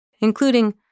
including